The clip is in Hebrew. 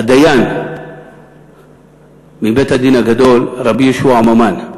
הדיין מבית-הדין הגדול, רבי יהושע מאמאן.